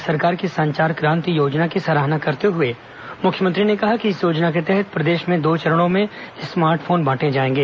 राज्य सरकार की संचार क्रांति योजना की सराहना करते हुए मुख्यमंत्री ने कहा कि इस योजना के तहत प्रदेश में दो चरणों में स्मार्ट फोन बांटे जाएंगे